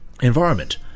Environment